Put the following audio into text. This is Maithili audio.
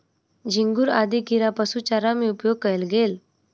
झींगुर आदि कीड़ा पशु चारा में उपयोग कएल गेल